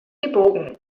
gebogen